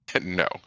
no